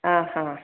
ആ ആ